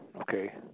Okay